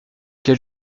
quel